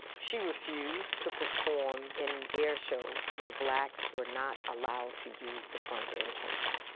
she refused to perform in airshows where blacks were not allowed to use the front entrance.